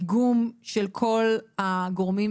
איגום של כל הגורמים,